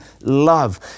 love